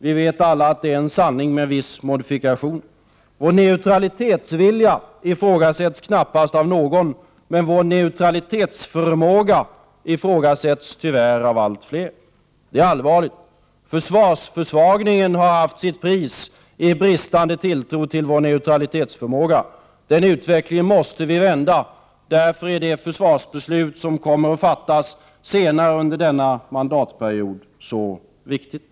Vi vet alla att det är en sanning med viss modifikation. Vår neutralitetsvilja ifrågasätts knappast av någon. Men vår neutralitetsförmåga ifrågasätts tyvärr av allt fler. Detta är allvarligt. Försvarsförsvagningen har haft sitt pris — bristande tilltro till vår neutralitetsförmåga. Den utvecklingen måste vi vända. Därför är det försvarsbeslut som kommer att fattas senare under denna mandatperiod så viktigt.